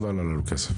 לא עלה לנו כסף.